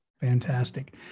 Fantastic